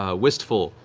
ah wistful,